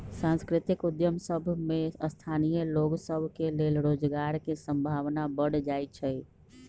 सांस्कृतिक उद्यम सभ में स्थानीय लोग सभ के लेल रोजगार के संभावना बढ़ जाइ छइ